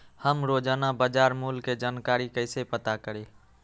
हम रोजाना बाजार मूल्य के जानकारी कईसे पता करी?